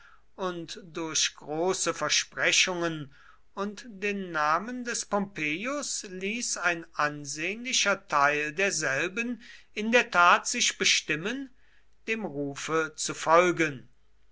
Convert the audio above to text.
und durch große versprechungen und den namen des pompeius ließ ein ansehnlicher teil derselben in der tat sich bestimmen dem rufe zu folgen